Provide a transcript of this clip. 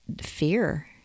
fear